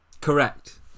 Correct